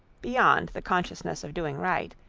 beyond the consciousness of doing right,